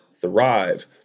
thrive